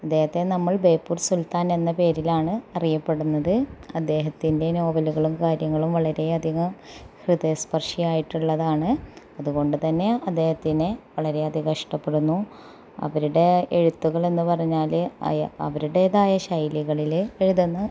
അദ്ദേഹത്തെ നമ്മള് ബേപ്പൂര് സുല്ത്താന് എന്ന പേരിലാണ് അറിയപ്പെടുന്നത് അദ്ദേഹത്തിന്റെ നോവലുകളും കാര്യങ്ങളും വളരേയധികം ഹൃദയസ്പര്ശിയായിട്ടുള്ളതാണ് അതുകൊണ്ടുതന്നെ അദ്ദേഹത്തിനെ വളരെയധികം ഇഷ്ടപ്പെടുന്നു അവരുടെ എഴുത്തുകളെന്നു പറഞ്ഞാല് അവരുടേതായ ശൈലികളില് എഴുതുന്ന